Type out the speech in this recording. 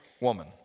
woman